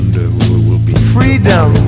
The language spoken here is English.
Freedom